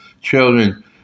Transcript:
children